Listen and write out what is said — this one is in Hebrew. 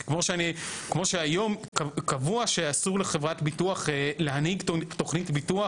זה כמו שהיום קבוע שאסור לחברת ביטוח להעניק תכנית ביטוח